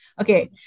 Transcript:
okay